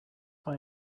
why